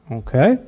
okay